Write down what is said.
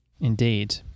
Indeed